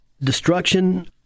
destruction